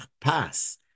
pass